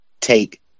take